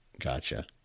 Gotcha